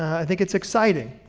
i think it's exciting.